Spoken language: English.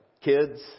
kids